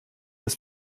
dass